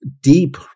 deep